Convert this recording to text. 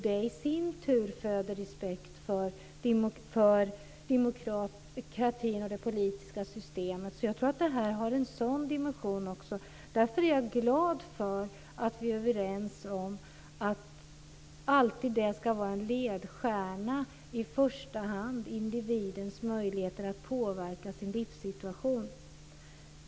Det i sin tur föder respekt för demokratin och det politiska systemet. Jag tror att detta också har en sådan dimension. Därför är jag glad för att vi är överens om att individens möjligheter att påverka sin livssituation alltid i första hand ska vara en ledstjärna.